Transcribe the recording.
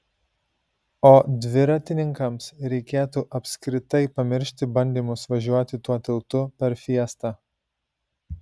o dviratininkams reikėtų apskritai pamiršti bandymus važiuoti tuo tiltu per fiestą